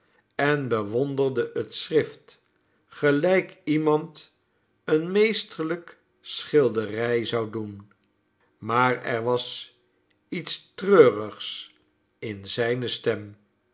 en bewonderde het schrift gelijk iemand eene meesterlijke schilderij zou doen maar er was iets treurigs in zijne stem